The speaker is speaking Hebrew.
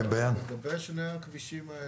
לגבי שני הכבישים האלה,